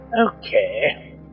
Okay